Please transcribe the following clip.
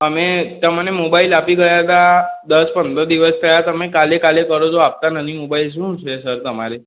અમે તમને મોબાઈલ આપી ગયા હતા દસ પંદર દિવસ થયા તમે કાલે કાલે કરો છો આપતા નથી મોબાઈલ શું છે સર તમારે